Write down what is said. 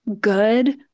good